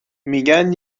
میگن